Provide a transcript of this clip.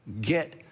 get